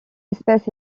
espèce